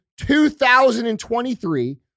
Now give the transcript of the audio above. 2023